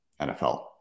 NFL